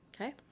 Okay